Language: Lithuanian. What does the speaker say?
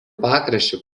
pakraščiu